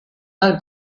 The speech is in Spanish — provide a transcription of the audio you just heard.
mal